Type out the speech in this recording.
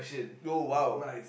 no !wow!